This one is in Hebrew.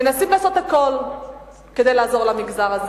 מנסים לעשות הכול כדי לעזור למגזר הזה,